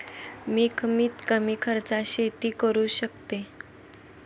मी कमीत कमी खर्चात शेती कशी करू शकतो?